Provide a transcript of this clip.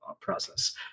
process